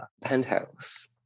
penthouse